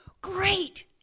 great